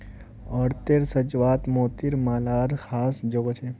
औरतेर साज्वात मोतिर मालार ख़ास जोगो छे